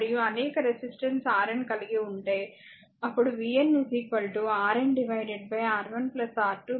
మరియు అనేక resistance Rn కలిగి ఉంటేఅప్పుడు vnRnR1 R2